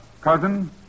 cousin